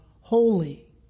holy